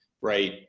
right